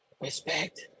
respect